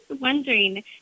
wondering